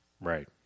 Right